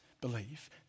believe